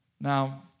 Now